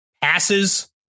passes